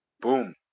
Boom